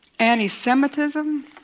anti-Semitism